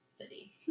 city